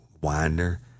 Winder